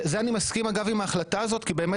אגב אני מסכים עם ההחלטה הזאת כי באמת